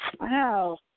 Wow